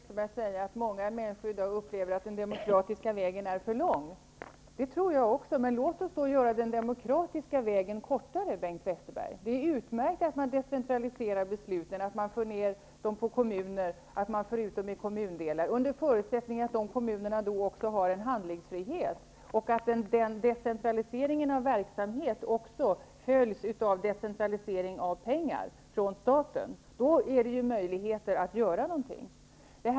Herr talman! Det är intressant att höra Bengt Westerberg säga att många människor i dag upplever att den demokratiska vägen är för lång. Det tror jag också, men låt oss då göra den demokratiska vägen kortare. Det är utmärkt att man decentraliserar besluten, att man för ned dem till kommuner och kommundelar, under förutsättning att de kommunerna också har en handlingsfrihet och att den decentraliseringen av verksamhet följs av decentralisering av pengar från staten. Då finns det möjlighet att göra någonting.